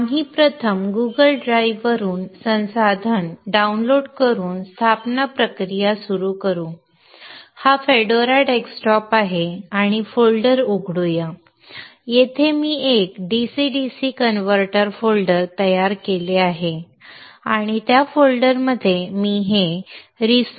आपण प्रथम Google ड्राइव्हवरून संसाधन डाउनलोड करून स्थापना प्रक्रिया सुरू करू हा फेडोरा डेस्कटॉप आहे आणि फोल्डर उघडू या आणि येथे मी एक dc dc कनवर्टर फोल्डर तयार केले आहे आणि त्या फोल्डरमध्ये मी हे resource01